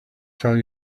tell